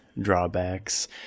drawbacks